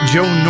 Joe